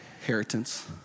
inheritance